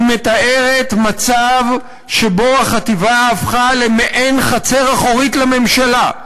היא מתארת מצב שבו החטיבה הפכה למעין חצר אחורית לממשלה,